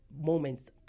moments